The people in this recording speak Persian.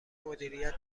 مدیریت